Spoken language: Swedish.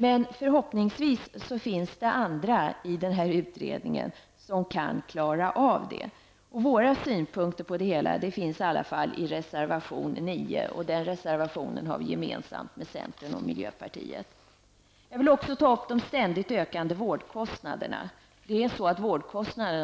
Men förhoppningsvis finns det andra i denna utredning som kan klara av det. Våra synpunkter på det hela finns i reservation 9, vilken är gemensam för vänstern, centern och miljöpartiet. Jag vill också ta upp de ständigt ökande vårdkostnaderna. De